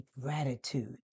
Gratitude